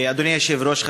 אדוני היושב-ראש,